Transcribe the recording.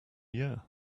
year